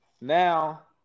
Now